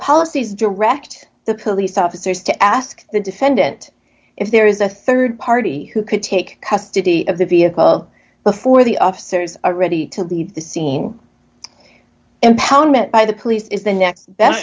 policies direct the police officers to ask the defendant if there is a rd party who could take custody of the vehicle before the officers are ready to leave the scene impoundment by the police is the ne